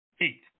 eight